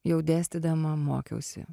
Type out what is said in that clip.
jau dėstydama mokiausi